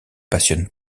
passionne